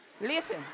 Listen